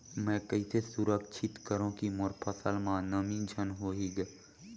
मैं कइसे सुरक्षित करो की मोर फसल म नमी झन होही ग?